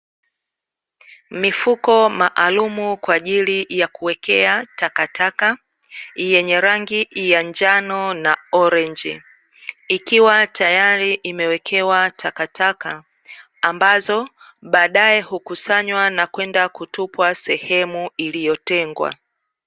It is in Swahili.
Mifuko maalumu kwa ajili ya kuwekea takataka yenye rangi ya njano na orenji, ikiwa tayari imewekewa takataka ambazo baadae hukusanywa na kwenda kutupwa sehemu iliyotengwa.